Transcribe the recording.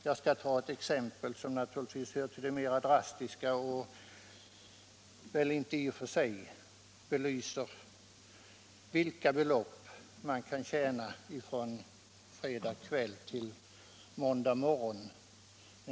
Jag skall ta ett exempel, som naturligtvis hör till de mera drastiska och väl inte i och för sig belyser vilka belopp man kan tjäna från fredag kväll till måndag morgon.